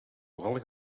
vooral